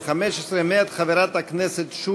הצעת החוק אושרה בקריאה טרומית,